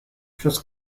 przez